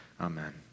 Amen